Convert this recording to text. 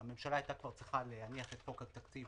הממשלה הייתה כבר צריכה להניח את חוק התקציב